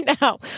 now